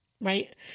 right